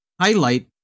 highlight